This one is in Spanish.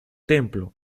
templo